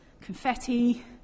confetti